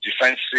defensive